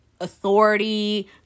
authority